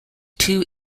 two